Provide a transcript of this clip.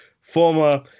Former